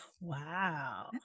Wow